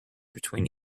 between